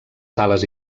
sales